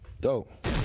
Dope